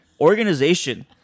organization